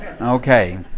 Okay